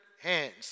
hands